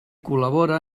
col·labora